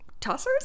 tossers